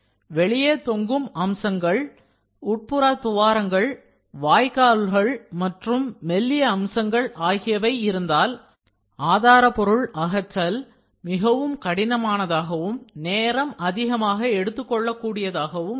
வெளியே தொங்கும் அம்சங்கள் உட்புற துவாரங்கள் வாய்க்கால்கள் மற்றும் மெல்லிய அம்சங்கள் ஆகியவை இருந்தால் ஆதாரபொருள் ஆகற்றல் மிகவும் கடினமானதாகவும் நேரம் அதிகமாக எடுத்துக் கொள்ளக் கூடியதாகவும் இருக்கும்